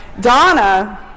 Donna